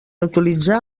utilitzar